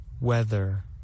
Weather